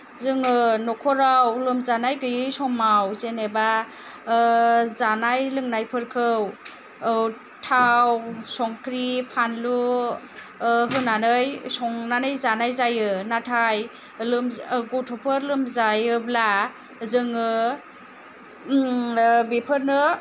जोङो न'खराव लोमजानाय गैयै समाव जेनेबा जानाय लोंनायफोरखौ थाव संख्रि फानलु होनानै संनानै जानाय जायो नाथाय लोमजा गथ'फोर लोमजायोब्ला जोङो बेफोरनो